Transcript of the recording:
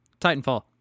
Titanfall